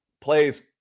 plays